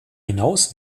hinaus